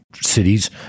cities